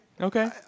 okay